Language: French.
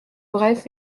bref